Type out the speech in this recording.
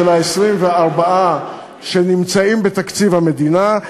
של 24 מיליארד השקלים שבתקציב המדינה,